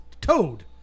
Toad